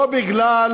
לא בגלל